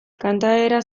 kantaera